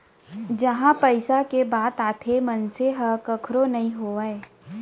जिहाँ पइसा के बात आथे मनसे ह कखरो नइ होवय